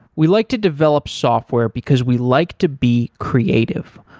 we like to develop software because we like to be creative.